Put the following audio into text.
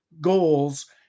goals